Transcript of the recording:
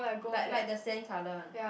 like like the sand colour ah